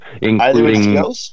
including